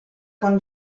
con